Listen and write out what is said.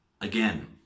again